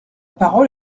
parole